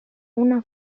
una